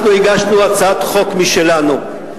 אנחנו הגשנו הצעת חוק משלנו,